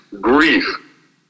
grief